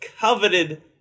coveted